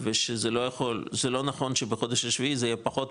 ושזה לא נכון שבחודש השביעי זה יהיה פחות,